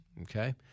okay